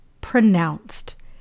pronounced